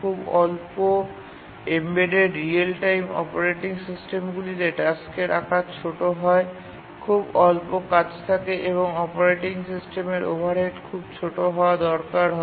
খুব অল্প embedded real time operating সিস্টেমগুলিতে টাস্কের আকার ছোট হয় খুব অল্প কাজ থাকে এবং অপারেটিং সিস্টেমের ওভারহেড খুব ছোট হওয়া দরকার হয়